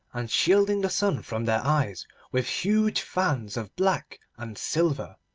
and shielding the sun from their eyes with huge fans of black and silver.